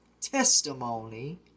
testimony